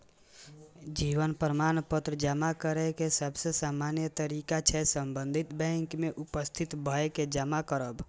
जीवन प्रमाण पत्र जमा करै के सबसे सामान्य तरीका छै संबंधित बैंक में उपस्थित भए के जमा करब